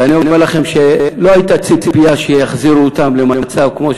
ואני אומר לכם שלא הייתה ציפייה שיחזירו אותם למצב כמו,